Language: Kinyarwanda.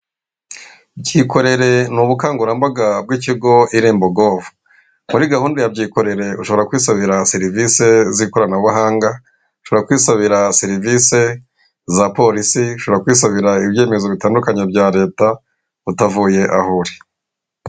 Byikorereye ni ubukangurambaga bw'ikigo irembo gove muri gahunda ya byikorere ushobora kwisabira serivisi z'ikoranabuhanga ushobora kwisabira serivisi za polisi ushobora kwisabira ibyemezo bitandukanye bya leta utavuye aho uri.